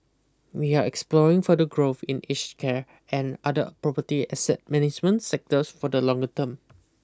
we are exploring further growth in aged care and other property asset management sectors for the longer term